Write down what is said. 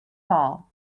ball